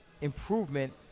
improvement